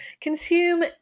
consume